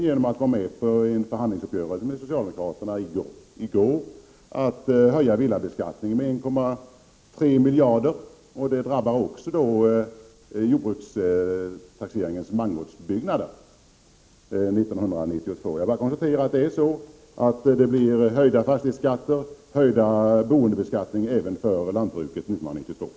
Genom att gå med på en förhandlingsuppgörelse med socialdemokraterna i går bidrog ni som ett steg på vägen till att höja villabeskattningen med 1,3 miljarder kronor, vilket drabbar också taxeringen av jordbrukets mangårds Jag konstaterar att det blir höjda fastighetsskatter och höjd bostadsbeskattning även för lantbruket 1992.